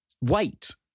Wait